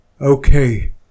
Okay